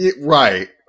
Right